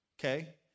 okay